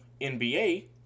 NBA